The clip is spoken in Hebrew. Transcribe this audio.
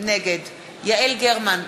נגד יעל גרמן,